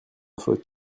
faute